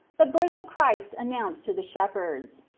the birth of christ announced to the shepherds.